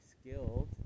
skilled